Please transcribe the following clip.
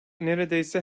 neredeyse